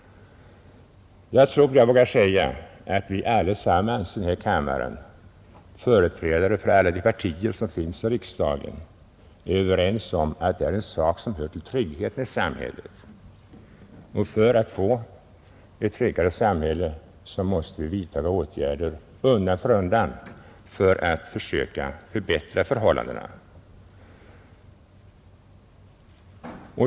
Jag tror jag vågar säga att vi alla i denna kammare, företrädarna för alla de partier som finns i riksdagen, är överens om att vi för att få ett tryggare samhälle undan för undan måste vidtaga åtgärder för att försöka förbättra förhållandena.